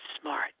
Smart